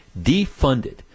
defunded